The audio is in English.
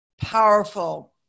powerful